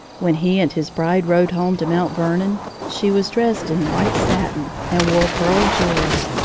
when he and his bride rode home to mount vernon, she was dressed in white satin and wore pearl jewels.